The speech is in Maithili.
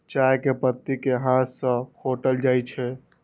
चाय के पत्ती कें हाथ सं खोंटल जाइ छै